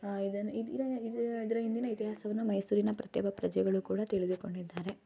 ಇದನ್ನು ಇದರ ಹಿಂದಿನ ಇತಿಹಾಸವನ್ನು ಮೈಸೂರಿನ ಪ್ರತಿಯೊಬ್ಬ ಪ್ರಜೆಗಳು ಕೂಡ ತಿಳಿದುಕೊಂಡಿದ್ದಾರೆ